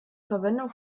verwendung